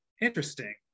interesting